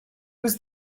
was